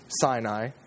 Sinai